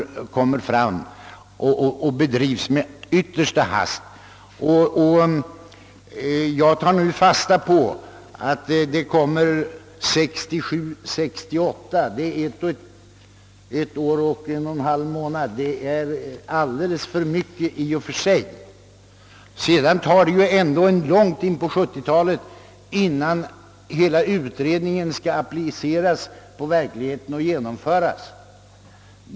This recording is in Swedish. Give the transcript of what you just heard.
Jag tar fasta på att utredningens resultat väntas till årsskiftet 1967—1968. Men det är ungefär ett år och en och en halv månad dit, och redan detta är alldeles för lång tid. Sedan dröjer det långt in på 1970-talet, innan utredningsresultatet kan appliceras på verkligheten och genomföras.